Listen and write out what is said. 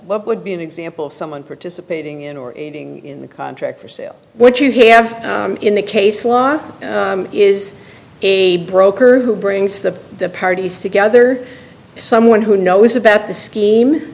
what would be an example of someone participating in or aiding in the contract for sale what you have in the case law is a broker who brings the parties together someone who knows about the scheme